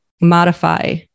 modify